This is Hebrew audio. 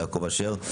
יעקב אשר,